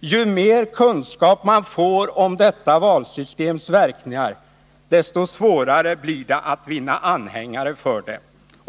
”Ju mer kunskap man får om detta valsystems verkningar, desto svårare blir det att vinna anhängare för det.